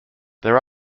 there